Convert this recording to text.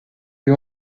you